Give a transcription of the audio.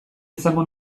izango